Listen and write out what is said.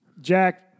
Jack